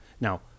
now